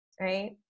right